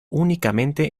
únicamente